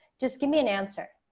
just give me an answer,